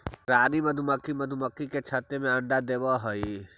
रानी मधुमक्खी मधुमक्खी के छत्ते में अंडा देवअ हई